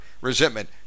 resentment